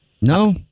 No